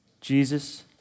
Jesus